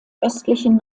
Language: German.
östlichen